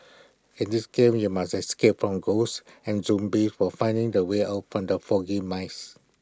in this game you must escape from ghosts and zombies while finding the way out from the foggy maze